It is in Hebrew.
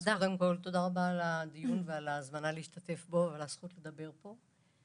תודה רבה על הדיון ועל ההזמנה להשתתף בו ועל הזכות להשתתף פה.